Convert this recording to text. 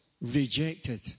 rejected